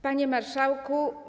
Panie Marszałku!